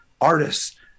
artists